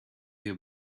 you